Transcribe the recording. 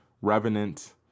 revenant